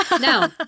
No